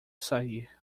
sair